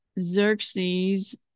Xerxes